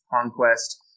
conquest